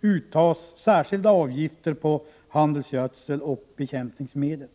uttas särskilda avgifter på handelsgödsel och bekämpningsmedel.